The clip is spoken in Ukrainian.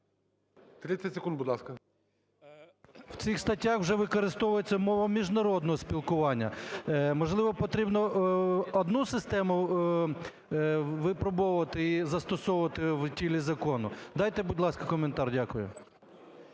30 секунд, будь ласка. ЄВТУШОК С.М. В цих статтях вже використовується мова міжнародного спілкування. Можливо, потрібно одну систему випробовувати і застосовувати в тілі закону? Дайте, будь ласка, коментар. Дякую.